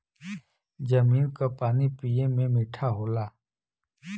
जमीन क पानी पिए में मीठा होला